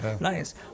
Nice